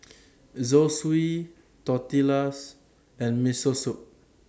Zosui Tortillas and Miso Soup